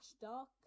dark